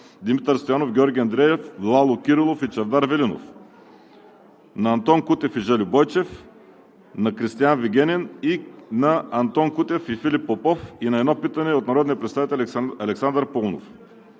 Димитър Стоянов, Георги Андреев, Лало Кирилов и Чавдар Велинов; Антон Кутев и Жельо Бойчев; Кристиан Вигенин; Антон Кутев и Филип Попов; и на едно питане от народния представител Александър Паунов.